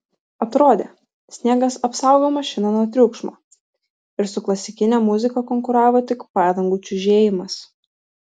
atrodė sniegas apsaugo mašiną nuo triukšmo ir su klasikine muzika konkuravo tik padangų čiužėjimas